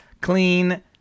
clean